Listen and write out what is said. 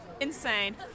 Insane